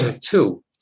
Two